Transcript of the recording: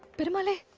family